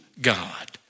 God